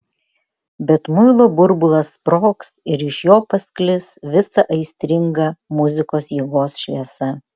bet muilo burbulas sprogs ir iš jo pasklis visa aistringa muzikos jėgos šviesa